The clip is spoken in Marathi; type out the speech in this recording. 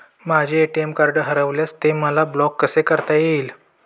माझे ए.टी.एम कार्ड हरविल्यास ते मला ब्लॉक कसे करता येईल?